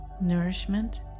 nourishment